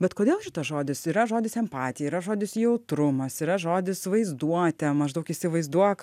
bet kodėl šitas žodis yra žodis empatija yra žodis jautrumas yra žodis vaizduotė maždaug įsivaizduok